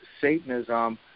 satanism